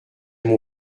mon